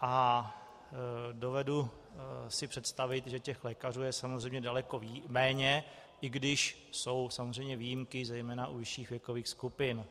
A dovedu si představit, že těch lékařů je samozřejmě daleko méně, i když jsou samozřejmě výjimky, zejména u vyšších věkových skupin.